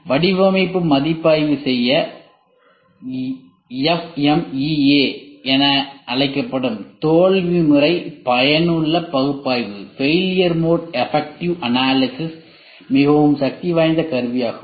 வடிவமைப்பு மதிப்பாய்வு செய்ய FMEA என அழைக்கப்படும் தோல்வி முறை பயனுள்ள பகுப்பாய்வு மிகவும் சக்திவாய்ந்த கருவியாகும்